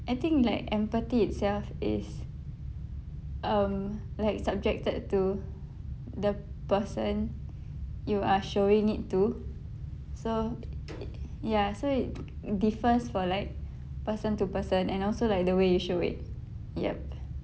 I think like empathy itself is um like subjected to the person you are showing it to so ya so it differs for like person to person and also like the way you show it yup